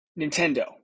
Nintendo